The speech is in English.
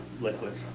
liquids